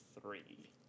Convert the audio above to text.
three